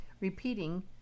Repeating